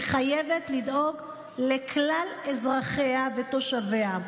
היא חייבת לדאוג לכלל אזרחיה ותושביה,